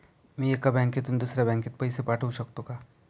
मी एका बँकेतून दुसऱ्या बँकेत पैसे पाठवू शकतो का?